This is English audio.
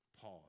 Pause